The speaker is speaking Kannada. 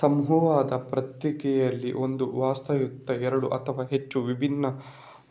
ಸಮೂಹದ ಪ್ರಕ್ರಿಯೆಯಲ್ಲಿ, ಒಂದು ವಸಾಹತು ಎರಡು ಅಥವಾ ಹೆಚ್ಚು ವಿಭಿನ್ನ